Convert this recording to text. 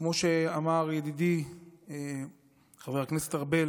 כמו שאמר ידידי חבר הכנסת ארבל,